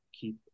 keep